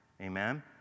Amen